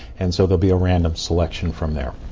and so there'll be a random selection from there.